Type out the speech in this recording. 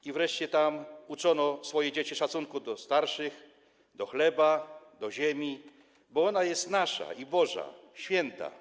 I wreszcie tam uczono swoje dzieci szacunku do starszych, do chleba, do ziemi, bo ona jest nasza i Boża, święta.